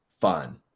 fun